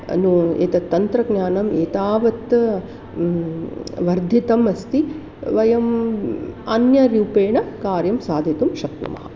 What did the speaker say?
अनु एतद् तन्त्रज्ञानं एतावत् वर्धितम् अस्ति वयं अन्यरूपेण कार्यं साधितुं शक्नुमः